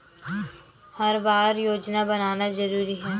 हर बार योजना बनाना जरूरी है?